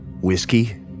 Whiskey